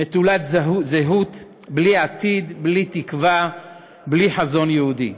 נטולת זהות, בלי עתיד, בלי תקווה, בלי חזון יהודי.